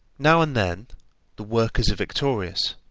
now and then the workers are victorious,